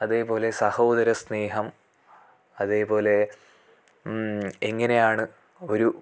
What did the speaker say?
അതേപോലെ സഹോദര സ്നേഹം അതേപോലെ എങ്ങനെയാണ് ഒരു